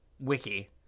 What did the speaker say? wiki